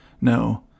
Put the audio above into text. No